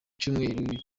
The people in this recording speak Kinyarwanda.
cyumweru